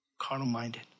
Carnal-minded